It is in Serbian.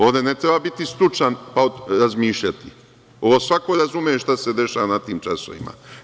Ovde ne treba biti stručan, pa razmišljati, ovo svako razume šta se dešava na tim časovima.